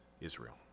Israel